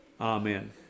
Amen